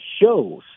shows